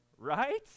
right